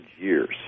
years